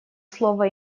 слово